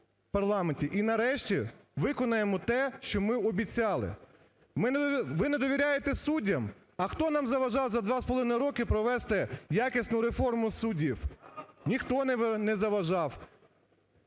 І нарешті виконаємо те, що ми обіцяли. Ви не довіряє суддям? А, хто нам заважав за 2,5 років провести якісну реформу судів? Ніхто не заважав.